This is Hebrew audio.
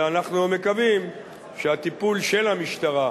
ואנחנו מקווים שהטיפול של המשטרה,